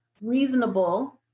reasonable